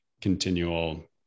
continual